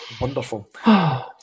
Wonderful